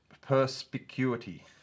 perspicuity